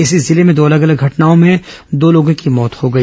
इसी जिले में दो अलग अलग हादसों में दो लोगों की मौत हो गई